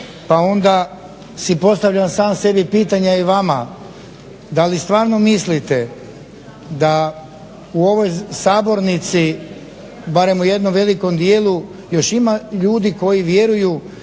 Pa onda si postavljam sam sebi pitanje i vama da li stvarno mislite da u ovoj sabornici, barem u jednom velikom dijelu još ima ljudi koji vjeruju